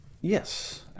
Yes